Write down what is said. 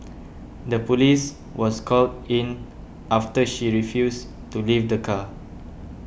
the police was called in after she refused to leave the car